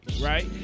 right